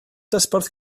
dosbarth